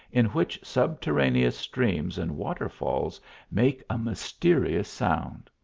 in which subterraneous streams and waterfalls make a mysterious sound.